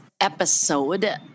episode